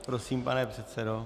Prosím, pane předsedo.